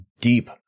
deep